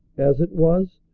as it was,